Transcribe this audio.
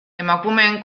emakumeen